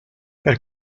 per